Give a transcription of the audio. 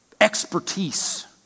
expertise